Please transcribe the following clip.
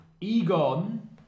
Egon